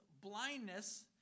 blindness